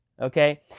Okay